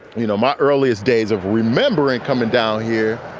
you know, my earliest days of remembering coming down here,